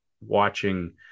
watching